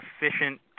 efficient